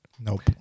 Nope